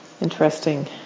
interesting